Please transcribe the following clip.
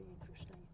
interesting